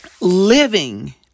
living